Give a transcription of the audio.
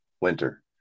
winter